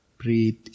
Breathe